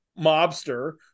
mobster